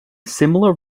similar